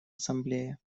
ассамблея